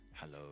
hello